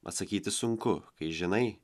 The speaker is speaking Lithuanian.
atsakyti sunku kai žinai